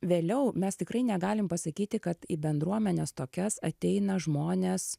vėliau mes tikrai negalim pasakyti kad į bendruomenes tokias ateina žmonės